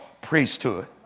priesthood